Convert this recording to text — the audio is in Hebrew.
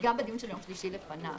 וגם בדיון של יום שלישי לפניו.